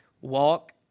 Walk